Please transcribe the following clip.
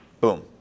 Boom